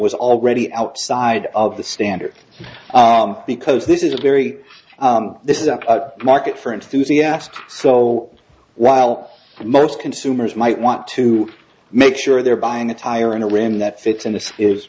was already outside of the standard because this is a very this is a market for enthusiastic so while most consumers might want to make sure they're buying a tire in a room that fits in the is